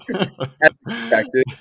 expected